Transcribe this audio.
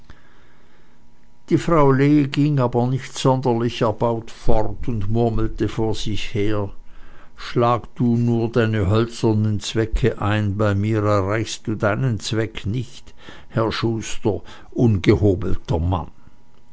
die frau lee ging aber nicht sonderlich erbaut fort und murmelte vor sich her schlag du nur deine hölzernen zwecke ein bei mir erreichst du deinen zweck nicht herr schuster ungehobelter mann